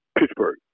Pittsburgh